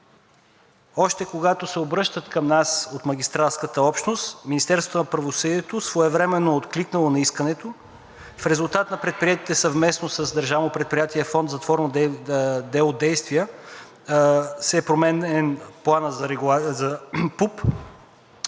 Още когато се обръщат към нас от магистратската общност, Министерството на правосъдието своевременно е откликнало на искането. В резултат на предприетите съвместно с държавно предприятие „Фонд затворно дело“ действия е променен ПУП,